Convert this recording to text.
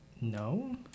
No